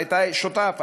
היית שותף,